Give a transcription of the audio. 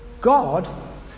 God